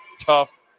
tough